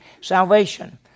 salvation